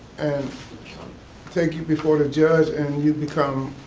and take you before the judge, and you become